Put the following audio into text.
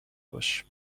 باش